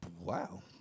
Wow